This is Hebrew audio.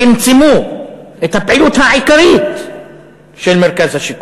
צמצמו את הפעילות העיקרית של מרכז השיקום,